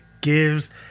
gives